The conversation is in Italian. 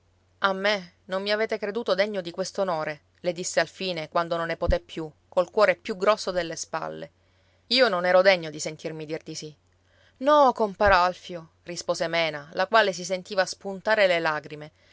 a me non mi avete creduto degno di quest'onore le disse alfine quando non ne poté più col cuore più grosso delle spalle io non ero degno di sentirmi dir di sì no compar alfio rispose mena la quale si sentiva spuntare le lagrime